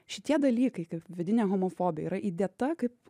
šitie dalykai kaip vidinė homofobija yra įdėta kaip